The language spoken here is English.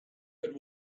but